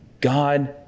God